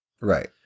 Right